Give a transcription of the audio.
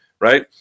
right